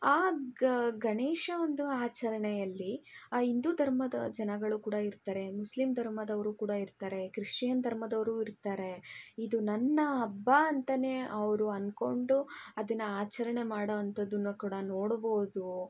ಆ ಗಣೇಶ ಒಂದು ಆಚರಣೆಯಲ್ಲಿ ಆ ಹಿಂದೂ ಧರ್ಮದ ಜನಗಳು ಕೂಡ ಇರ್ತಾರೆ ಮುಸ್ಲಿಮ್ ಧರ್ಮದವ್ರು ಕೂಡ ಇರ್ತಾರೆ ಕ್ರಿಶ್ಚಿಯನ್ ಧರ್ಮದವ್ರು ಇರ್ತಾರೆ ಇದು ನನ್ನ ಹಬ್ಬ ಅಂತ ಅವರು ಅನ್ಕೊಂಡು ಅದನ್ನು ಆಚರಣೆ ಮಾಡೋವಂಥದ್ದನ್ನ ಕೂಡ ನೋಡಬಹ್ದು